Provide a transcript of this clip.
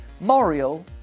Mario